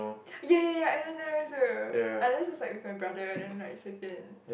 ya ya ya I don't dare also unless is like with my brother then like 随便